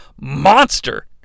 monster